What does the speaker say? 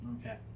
Okay